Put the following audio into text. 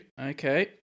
okay